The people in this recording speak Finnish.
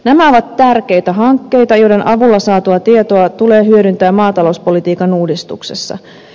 nämä ovat tärkeitä hankkeita joiden avulla saatua tietoa tulee hyödyntää maatalouspolitiikan uudistuksessa